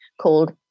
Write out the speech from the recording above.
called